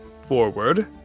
forward